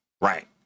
right